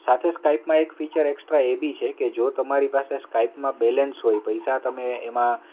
સાથે સ્કાઈપમાં એક ફિચર એક્સ્ટ્રા એ બી છે કે જો તમારી પાસે સ્કાઇપમાં બેલેન્સ હોય પૈસા તમે એમાં